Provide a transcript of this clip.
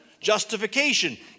Justification